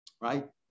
right